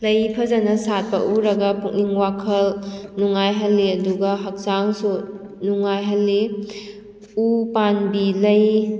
ꯂꯩ ꯐꯖꯅ ꯁꯥꯠꯄ ꯎꯔꯒ ꯄꯨꯛꯅꯤꯡ ꯋꯥꯈꯜ ꯅꯨꯡꯉꯥꯏꯍꯜꯂꯤ ꯑꯗꯨꯒ ꯍꯛꯆꯥꯡꯁꯨ ꯅꯨꯡꯉꯥꯏꯍꯜꯂꯤ ꯎ ꯄꯥꯟꯕꯤ ꯂꯩ